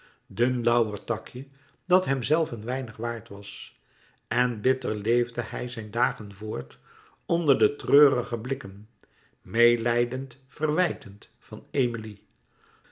dun lauwertakje dat hemzelven weinig waard was en bitter leefde hij zijn dagen voort onder de treurige blikken meelijdend verwijtend van emilie